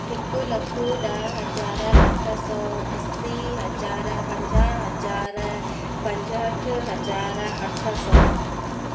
हिकु लखु ॾह हज़ार अठ सौ असी हज़ार पंजाह हज़ार पंजहठि हज़ार अठ सौ